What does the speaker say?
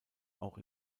auch